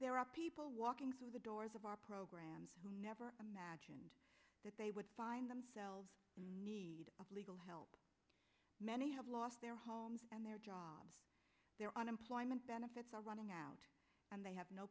there are people walking through the doors of our programs never imagined that they would find themselves in legal help many have lost their homes and their jobs their unemployment benefits are running out and they have no